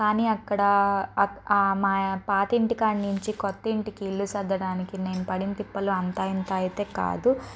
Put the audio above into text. కానీ అక్కడ మా పాత ఇంటి కాడ నుంచి కొత్త ఇంటికి ఇల్లు సర్దడానికి నేను పడిన తిప్పలు అంతా ఇంతా అయితే కాదు